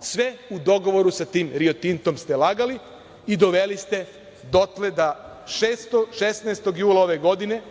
Sve u dogovoru sa tim Rio Tintom ste lagali i doveli ste dotle da 16. jula ove godine